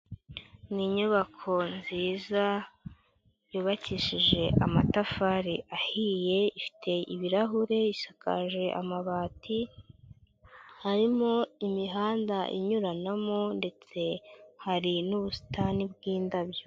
Ni inyubako nziza yubakishije amatafari ahiye, ifite ibirahure isakaje amabati, harimo imihanda inyuranamo ndetse hari n'ubusitani bw'indabyo.